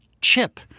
chip